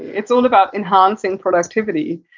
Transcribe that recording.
it's all about enhancing productivity.